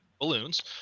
balloons